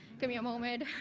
give me a moment.